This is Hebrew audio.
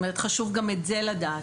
זאת אומרת חשוב גם את זה לדעת,